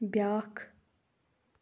بیٛاکھ